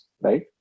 right